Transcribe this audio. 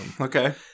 Okay